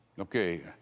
Okay